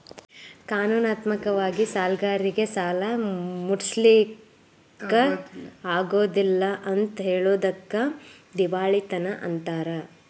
ಕಾನೂನಾತ್ಮಕ ವಾಗಿ ಸಾಲ್ಗಾರ್ರೇಗೆ ಸಾಲಾ ಮುಟ್ಟ್ಸ್ಲಿಕ್ಕಗೊದಿಲ್ಲಾ ಅಂತ್ ಹೆಳೊದಕ್ಕ ದಿವಾಳಿತನ ಅಂತಾರ